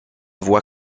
voit